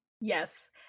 Yes